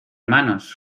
manos